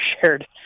shared